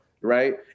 right